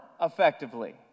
effectively